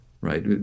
right